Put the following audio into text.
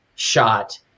shot